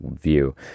view